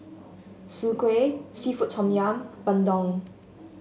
Soon Kway seafood Tom Yum bandung